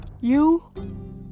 You